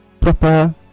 proper